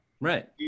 Right